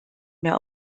mehr